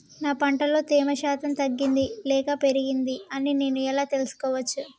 నా పంట లో తేమ శాతం తగ్గింది లేక పెరిగింది అని నేను ఎలా తెలుసుకోవచ్చు?